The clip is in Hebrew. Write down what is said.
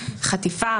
חטיפה,